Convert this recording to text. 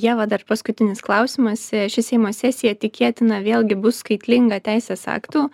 ieva dar paskutinis klausimas ši seimo sesija tikėtina vėlgi bus skaitlinga teisės aktų